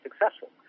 successful